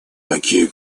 такие